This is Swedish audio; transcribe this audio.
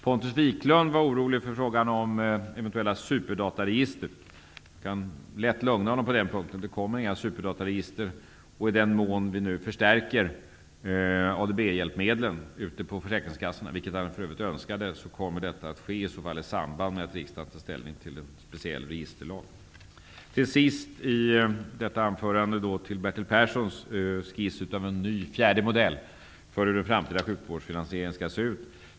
Pontus Wiklund var orolig för frågan om eventuella superdataregister. Jag kan lätt lugna honom på den punkten. Det kommer inga superdataregister, och i den mån vi nu förstärker ADB-hjälpmedlen ute på försäkringskassorna, vilket Pontus Wiklund för övrigt önskade, kommer detta i så fall att ske i samband med att riksdagen tar ställning till en speciell registerlag. Till sist i detta anförande vill jag kommentera Bertil Perssons skiss av en ny, fjärde modell för hur den framtida sjukvårdsfinansieringen skall se ut.